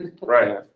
Right